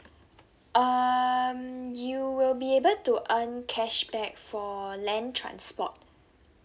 um you will be able to earn cashback for land transport